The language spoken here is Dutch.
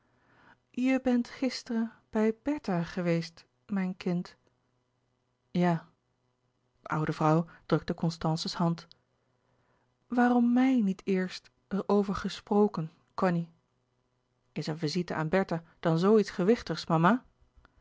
je bent gisteren bij bertha geweest mijn kind ja de oude vrouw drukte constances hand waarom mij niet eerst er over gesproken cony is een visite aan bertha dan zoo iets gewichtigs mama